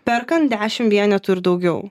perkant dešimt vienetų ir daugiau